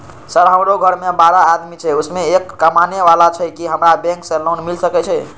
Sir हमरो घर में बारह आदमी छे उसमें एक कमाने वाला छे की हमरा बैंक से लोन मिल सके छे?